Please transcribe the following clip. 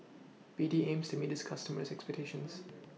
B D aims to meet its customers' expectations